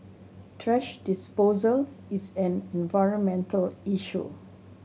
thrash disposal is an environmental issue